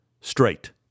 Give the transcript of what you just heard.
Straight